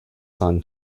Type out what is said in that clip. son